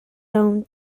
home